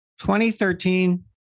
2013